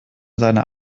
seiner